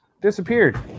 Disappeared